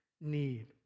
need